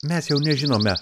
mes jau nežinome